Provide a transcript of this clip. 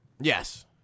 Yes